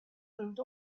moved